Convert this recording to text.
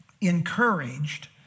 encouraged